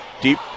Deep